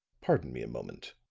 pardon me a moment.